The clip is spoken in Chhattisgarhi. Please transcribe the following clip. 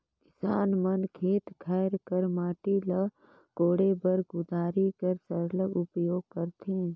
किसान मन खेत खाएर कर माटी ल कोड़े बर कुदारी कर सरलग उपियोग करथे